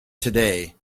today